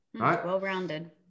Well-rounded